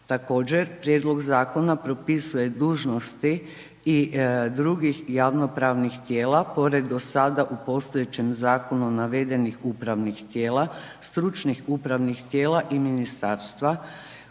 Također, prijedlog zakona propisuje dužnosti i drugih javnopravnih tijela pored do sada u postojećem zakonu navedenih upravnih tijela, stručnih upravnih tijela i ministarstva,